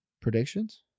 predictions